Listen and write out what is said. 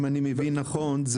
אם אני מבין נכון,